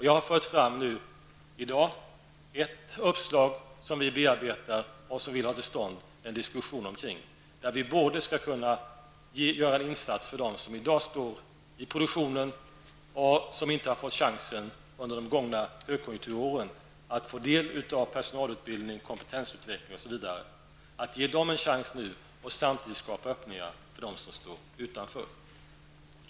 Jag har i dag fört fram ett uppslag som vi bearbetar och som vi vill ha till stånd en diskussion omkring. Vi vill göra en insats för dem som finns i produktionen och som inte har fått chansen under de gångna högkonjunkturåren att få del av personalutbildning, kompetensutveckling osv., samtidigt som vi vill skapa öppningar för dem som står utanför.